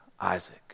Isaac